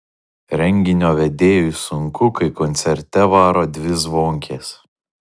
renginio vedėjui sunku kai koncerte varo dvi zvonkės